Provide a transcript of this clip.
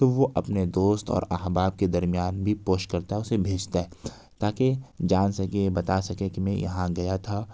تو وہ اپنے دوست اور احباب کے درمیان بھی پوسٹ کرتا ہے اسے بھیجتا ہے تاکہ جان سکے بتا سکے کہ میں یہاں گیا تھا